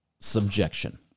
Subjection